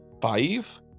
five